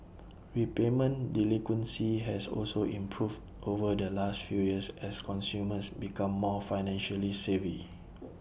repayment delinquency has also improved over the last few years as consumers become more financially savvy